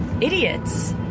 idiots